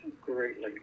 greatly